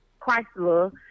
Chrysler